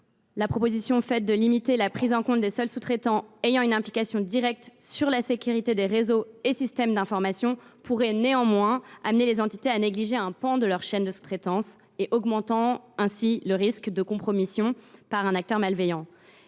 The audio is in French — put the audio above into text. La proposition de limiter la prise en compte des seuls sous traitants ayant une implication directe sur la sécurité des réseaux et des systèmes d’information pourrait néanmoins conduire les entités à négliger un pan de leur chaîne de sous traitance, ce qui augmenterait le risque de compromission par un acteur malveillant